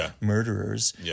murderers